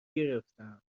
گرفتم